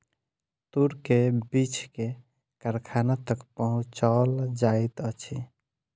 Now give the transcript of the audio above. तूर के बीछ के कारखाना तक पहुचौल जाइत अछि